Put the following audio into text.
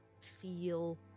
feel